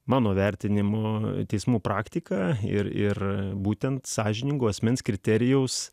mano vertinimu teismų praktika ir ir būtent sąžiningo asmens kriterijaus